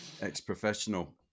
Ex-professional